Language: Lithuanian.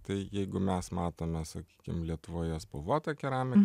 tai jeigu mes matome sakykim lietuvoje spalvotą keramiką